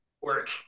work